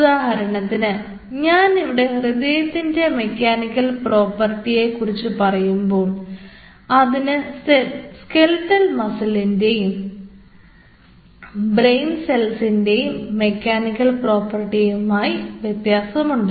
ഉദാഹരണത്തിന് ഞാനിവിടെ ഹൃദയത്തിൻറെ മെക്കാനിക്കൽ പ്രോപ്പർട്ടി യെ കുറിച്ച് പറയുമ്പോൾ അതിന് സ്കെലിട്ടൽ മസിൽസിൻറെയും ബ്രെയിൻ സെൽസിൻറെയും മെക്കാനിക്കൽ പ്രോപ്പർട്ടിയുമായി വ്യത്യാസമുണ്ട്